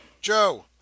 Joe